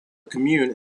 commune